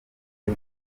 y’u